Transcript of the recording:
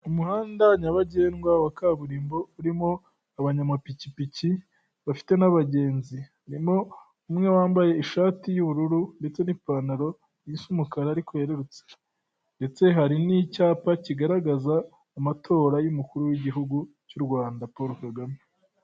Umuhanda nyabagendwa wa kaburimbo urimo abanyamapikipiki bafite n'abagenzi, harimo umwe wambaye ishati y'ubururu ndetse n'ipantaro isa umukara ariko werurutse ndetse hari n'icyapa kigaragaza amatora y'umukuru w'igihugu cy'u Rwanda Paul Kagame.